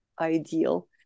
ideal